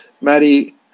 Maddie